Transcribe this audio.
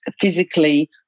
physically